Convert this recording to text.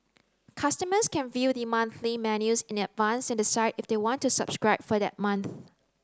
customers can view the monthly menus in advance and decide if they want to subscribe for that month